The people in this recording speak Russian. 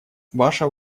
ваша